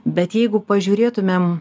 bet jeigu pažiūrėtumėm